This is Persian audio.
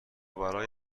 برای